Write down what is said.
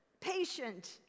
patient